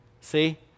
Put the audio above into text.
See